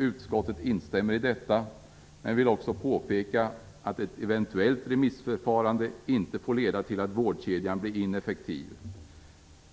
Utskottet instämmer i detta men vill också påpeka att ett eventuellt remissförfarande inte får leda till att vårdkedjan blir ineffektiv.